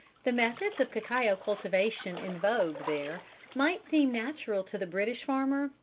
the methods of cacao cultivation in vogue there might seem natural to the british farmer,